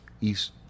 East